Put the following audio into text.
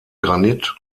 granit